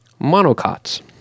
monocots